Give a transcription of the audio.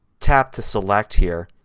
tap to select here.